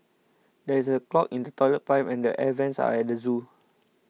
there is a clog in the Toilet Pipe and the Air Vents at the zoo